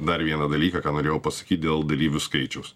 dar vieną dalyką ką norėjau pasakyt dėl dalyvių skaičiaus